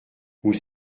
vous